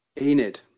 Enid